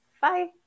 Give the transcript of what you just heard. Bye